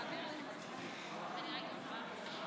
להלן תוצאות ההצבעה.